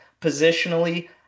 positionally